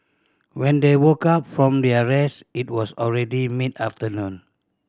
when they woke up from their rest it was already mid afternoon